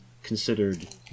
considered